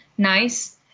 nice